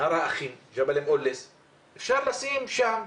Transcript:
האחים אפשר לשים שם.